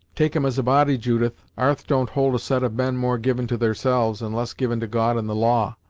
take em as a body, judith, arth don't hold a set of men more given to theirselves, and less given to god and the law.